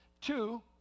Two